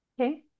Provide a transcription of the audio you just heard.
okay